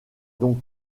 donc